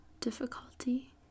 difficulty